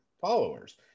followers